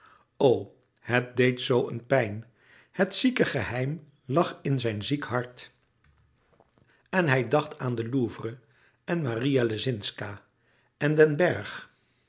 het deed zoo een pijn het zieke geheim lag in zijn ziek hart en hij dacht aan den louvre en maria lescinszca en den bergh